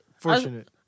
Fortunate